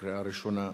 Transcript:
בקריאה ראשונה.